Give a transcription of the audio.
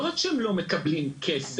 לא רק שהם לא מקבלים כסף,